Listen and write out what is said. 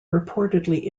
reportedly